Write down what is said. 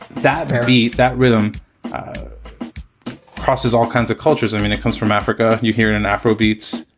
that beat that rhythm process, all kinds of cultures. i mean, it comes from africa. you hear an an afro beats,